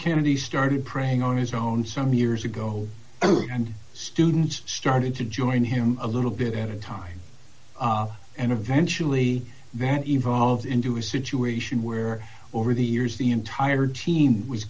kennedy started praying on his own some years ago and students started to join him a little bit at a time and eventually they had evolved into a situation where over the years the entire team was